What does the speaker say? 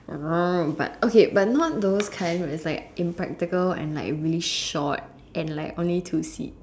I want but okay but not those kind where it's impractical and like really short and like only two seat